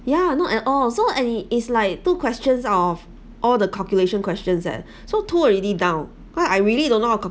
ya not at all so and is is like two questions of all the calculation questions eh so two already down because I really don't know